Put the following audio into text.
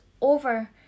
over